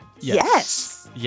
Yes